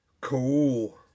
Cool